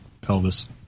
pelvis